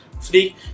freak